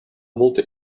multe